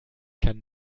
kann